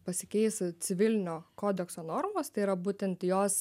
pasikeis civilinio kodekso normos tai yra būtent jos